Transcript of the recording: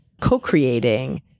co-creating